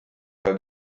mal